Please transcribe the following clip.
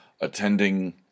attending